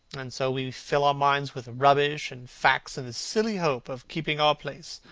and so we fill our minds with rubbish and facts, in the silly hope of keeping our place.